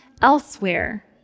elsewhere